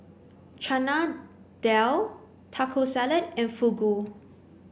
Chana Dal Taco Salad and Fugu